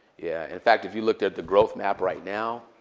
yeah, in fact, if you looked at the growth map right now,